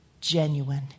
genuine